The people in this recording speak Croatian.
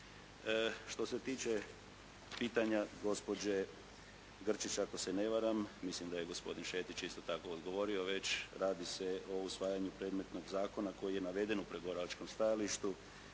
Što se tiče pitanja gospođe Grčić ako se ne varam, mislim da je gospodin Šetić isto tako odgovorio već, radi se o usvajanju predmetnog zakona koji je naveden u pregovaračkom stajalištu